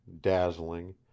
dazzling